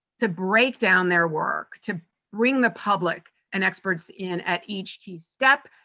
to break down their work, to bring the public and experts in at each key step,